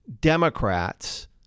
Democrats